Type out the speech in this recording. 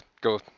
go